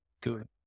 good